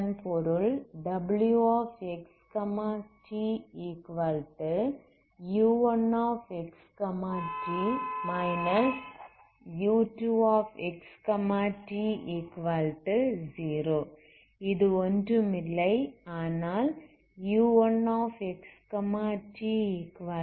இதன் பொருள் wxtu1xt u2xt0 இது ஒன்றுமில்லை ஆனால் u1xtu2xt